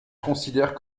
considèrent